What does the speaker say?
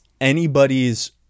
anybody's